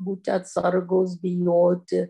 būti atsargūs bijoti